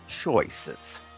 choices